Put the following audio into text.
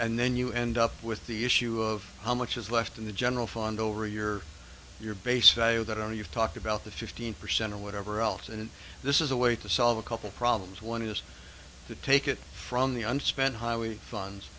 and then you end up with the issue of how much is left in the general fund over a year your base value that are you talk about the fifteen percent or whatever else and this is a way to solve a couple problems one is to take it from the unspent highway funds